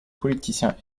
politiciens